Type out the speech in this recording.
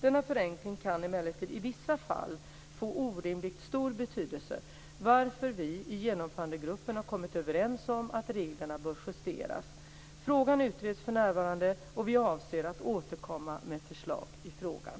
Denna förenkling kan emellertid i vissa fall få orimligt stor betydelse, varför vi i Genomförandegruppen har kommit överens om att reglerna bör justeras. Frågan utreds för närvarande, och vi avser att återkomma med förslag i frågan.